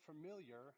familiar